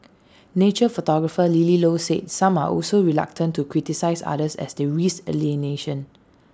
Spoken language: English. nature photographer lily low said some are also reluctant to criticise others as they risk alienation